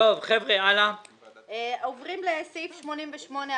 עוברים לסעיף 88,